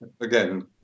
Again